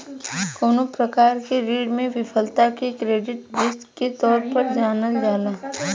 कवनो प्रकार के ऋण में विफलता के क्रेडिट रिस्क के तौर पर जानल जाला